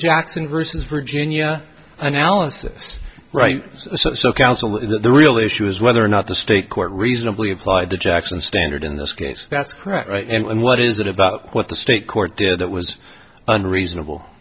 jackson versus virginia analysis right so counsel the real issue is whether or not the state court reasonably applied the jackson standard in this case that's correct right and what is it about what the state court did it was unreasonable